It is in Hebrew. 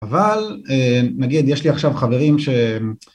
אבל נגיד, יש לי עכשיו חברים ש...